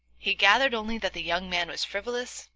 he gathered only that the young man was frivolous,